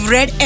Red